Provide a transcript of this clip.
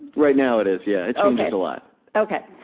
right now it is. yeah. it changes a lot ok.